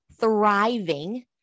thriving